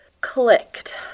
clicked